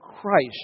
Christ